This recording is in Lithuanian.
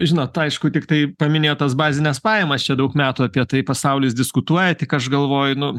žinot aišku tiktai paminėjot tas bazines pajamas čia daug metų apie tai pasaulis diskutuoja tik aš galvoju nu